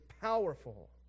powerful